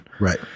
right